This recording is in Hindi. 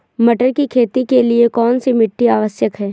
मटर की खेती के लिए कौन सी मिट्टी आवश्यक है?